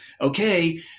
okay